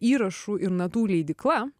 įrašų ir natų leidykla